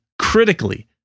critically